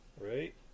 right